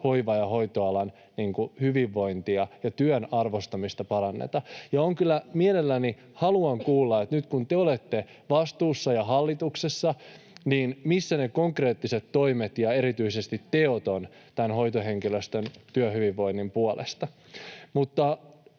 hoiva- ja hoitoalan hyvinvointia ja työn arvostamista paranneta. Mielelläni haluan kuulla, että nyt kun te olette vastuussa ja hallituksessa, niin missä ovat ne konkreettiset toimet ja erityisesti teot hoitohenkilöstön työhyvinvoinnin puolesta. Mutta